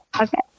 Okay